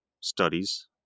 studies